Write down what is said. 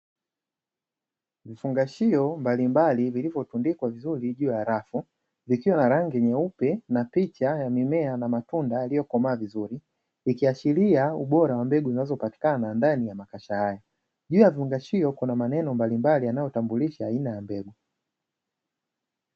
Vifungashio mbalimbali vilivyotundikwa vizuri juu ya rafu, vikiwa na rangi nyeupe na picha ya mimea na matunda iliyokomaa vizuri ikiashiria ubora wa mbegu zinazopatikana ndani ya makasha haya. Juu ya vifungashio kuna maneno mbalimbali yanayotambulisha aina ya mbegu.